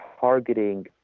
targeting